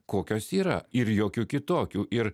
kokios yra ir jokių kitokių ir